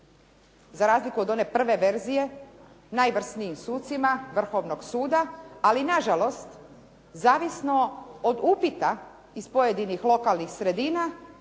za razliku od one prve verzije navrsnijim sucima Vrhovnog suda, ali nažalost zavisno od upita iz pojedinih lokalnih sredina